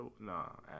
no